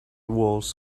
walls